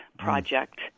Project